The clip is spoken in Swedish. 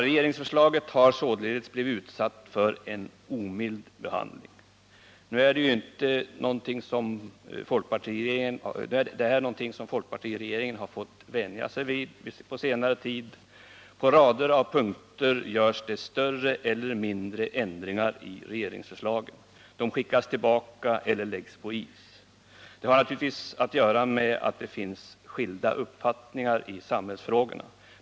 Regeringsförslaget har således blivit utsatt för en omild behandling. Detta är någonting som folkpartiregeringen har fått vänja sig vid under senare tid. På rader av punkter görs det större eller mindre ändringar i regeringsförslagen. De skickas tillbaka eller läggs på is. Detta har naturligtvis att göra med att det finns skilda uppfattningar i samhällsfrågorna.